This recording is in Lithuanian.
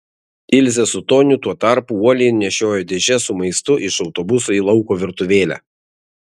ilzė su toniu tuo tarpu uoliai nešiojo dėžes su maistu iš autobuso į lauko virtuvėlę